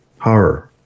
horror